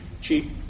cheap